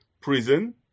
prison